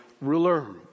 ruler